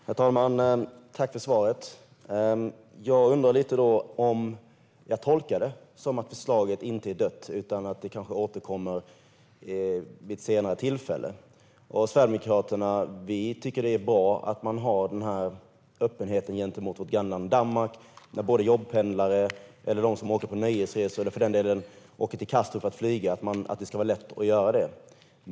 Herr talman! Tack för svaret, statsrådet! Jag tolkar det som att förslaget inte är dött utan att det kanske återkommer vid ett senare tillfälle. Vi i Sverigedemokraterna tycker att det är bra att man har den här öppenheten gentemot vårt grannland Danmark. För dem som jobbpendlar och för dem som åker på nöjesresor eller för den delen till Kastrup för att flyga ska det vara lätt att göra det.